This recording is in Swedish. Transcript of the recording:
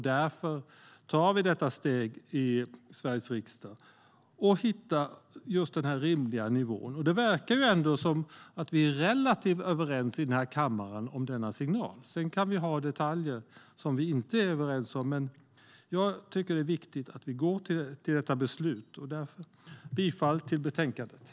Därför tar vi detta steg i Sveriges riksdag och hittar just denna rimliga nivå. Det verkar ändå som att vi är relativt överens i kammaren om denna signal. Sedan kan det finnas detaljer som vi inte är överens om, men jag tycker att det är viktigt att vi fattar detta beslut. Därför yrkar jag bifall till förslaget i betänkandet.